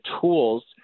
tools